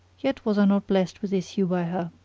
yet was i not blessed with issue by her.